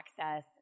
access